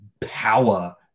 power